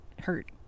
hurt